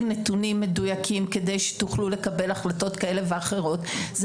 נתונים מדויקים כדי שתוכלו לקבל החלטות כאלה ואחרות זה